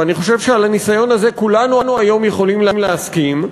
ואני חושב שעל הניסיון הזה כולנו היום יכולים להסכים,